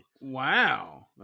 Wow